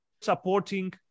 Supporting